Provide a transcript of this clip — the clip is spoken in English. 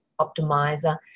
optimizer